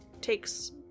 takes